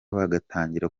bagatangira